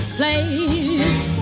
place